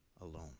alone